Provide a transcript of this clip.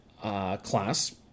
Class